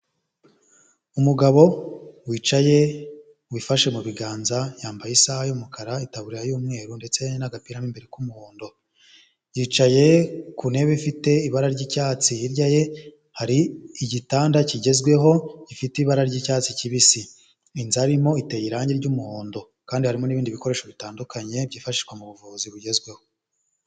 Umugabo wicaye wifashe mu biganza yambaye isaha y'umukara, itaburiya y'umweru ndetse n'agapira mu imbere k'umuhondo, yicaye ku ntebe ifite ibara ry'icyatsi, hirya ye hari igitanda kigezweho gifite ibara ry'icyatsi kibisi, inzu arimo iteye irange ry'umuhondo kandi harimo n'ibindi bikoresho bitandukanye byifashishwa mu buvuzi bugezweho.